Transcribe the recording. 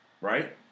right